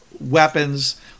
weapons